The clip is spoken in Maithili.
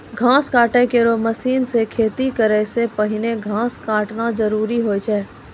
घास काटै केरो मसीन सें खेती करै सें पहिने घास काटना जरूरी होय छै?